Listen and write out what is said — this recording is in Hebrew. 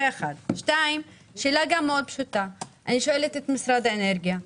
שתיים, אני שואלת את משרד האנרגיה: